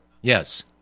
Yes